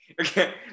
okay